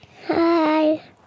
Hi